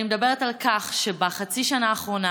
אני מדברת על כך שבחצי השנה האחרונה